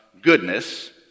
goodness